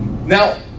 Now